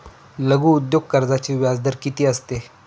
लघु उद्योग कर्जाचे व्याजदर किती असते?